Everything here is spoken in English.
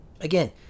again